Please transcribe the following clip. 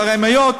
שרי מאות,